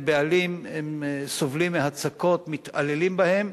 בעלים והם סובלים מהצקות ומתעללים בהם.